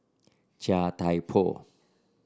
Chia Thye Poh